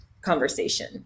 conversation